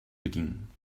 bedienen